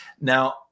Now